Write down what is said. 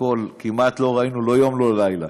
כמעט לא ראינו לא יום, לא לילה,